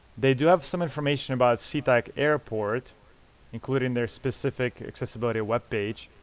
they do have some information about seatac airport including their specific accessibility webpage.